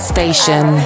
Station